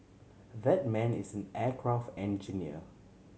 that man is aircraft engineer